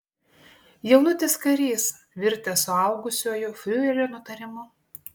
jaunutis karys virtęs suaugusiuoju fiurerio nutarimu